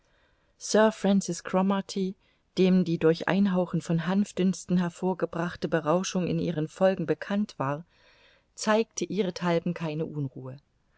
cromarty dem die durch einhauchen von hanfdünsten hervorgebrachte berauschung in ihren folgen bekannt war zeigte ihrethalben keine unruhe